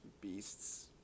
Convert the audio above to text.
beasts